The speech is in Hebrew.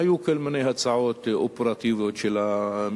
היו כל מיני הצעות אופרטיביות של המשיבים,